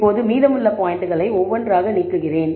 இப்போது மீதமுள்ள பாயிண்ட்களை ஒவ்வொன்றாக நீக்குகிறேன்